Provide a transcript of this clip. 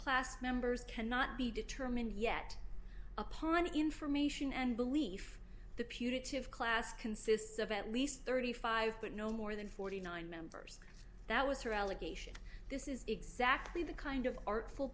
class members cannot be determined yet upon information and belief the putative class consists of at least thirty five but no more than forty nine members that was her allegation this is exactly the kind of artful